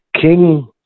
King